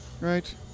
right